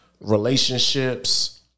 relationships